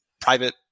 private